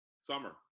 Summer